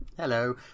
hello